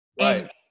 Right